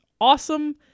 awesome